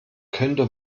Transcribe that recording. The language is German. könnte